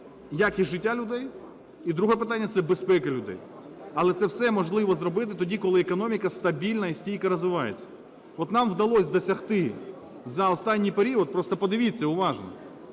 якість життя людей і друге питання – це безпека людей. Але це все можливо зробити тоді, коли економіка стабільно і стійко розвивається. От нам вдалося досягти за останній період, - просто подивіться уважно,